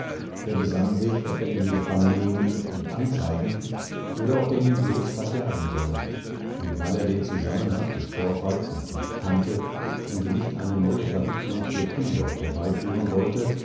er besann sich ob er ihn gefangen nehmen und anzeigen oder ob er ihn bloß verjagen solle und weil er den zusammenhang des vorfalls noch nicht kannte und nicht eine neue verwicklung für küngolt herbeiführen wollte